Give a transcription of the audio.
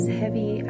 heavy